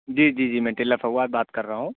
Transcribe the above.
جی جی جی میں ٹیلر فواد بات کر رہا ہوں